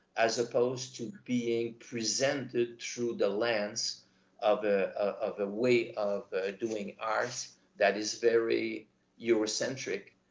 as opposed to being presented through the lens of ah of a way of doing arts that is very eurocentric,